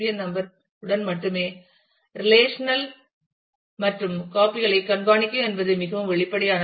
என் number ணுடன் மட்டுமே relational மற்றும் காபிகளைக் கண்காணிக்கும் என்பது மிகவும் வெளிப்படையானது